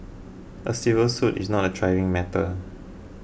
a civil suit is not a trivial matter